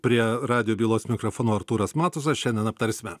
prie radijo bylos mikrofono artūras matusas šiandien aptarsime